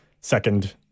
second